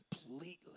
completely